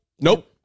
Nope